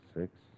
six